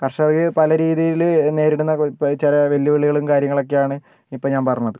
കർഷകര് പല രീതിയില് നേരിടുന്ന ചില വെല്ലുവിളികളും കാര്യങ്ങളും ഒക്കെയാണ് ഇപ്പം ഞാൻ പറഞ്ഞത്